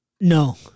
no